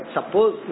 Suppose